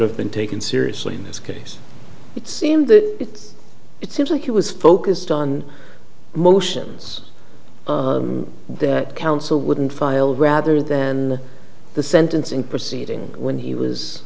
have been taken seriously in this case it seemed that it it seems like he was focused on motions that counsel wouldn't file rather than the sentencing proceeding when he was